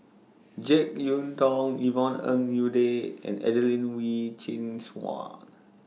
Jek Yeun Thong Yvonne Ng Uhde and Adelene Wee Chin Suan